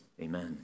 Amen